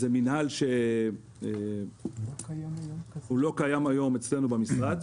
זה מינהל שלא קיים היום אצלנו במשרד.